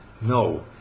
No